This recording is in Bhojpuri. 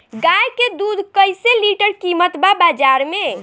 गाय के दूध कइसे लीटर कीमत बा बाज़ार मे?